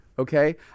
Okay